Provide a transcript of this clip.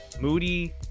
Moody